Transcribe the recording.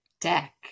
deck